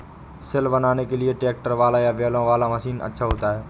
सिल बनाने के लिए ट्रैक्टर वाला या बैलों वाला मशीन अच्छा होता है?